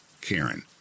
Karen